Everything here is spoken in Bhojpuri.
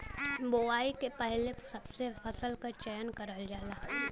बोवाई के समय सबसे पहिले फसल क चयन करल जाला